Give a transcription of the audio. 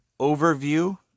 overview